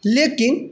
लेकिन